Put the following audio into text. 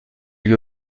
lui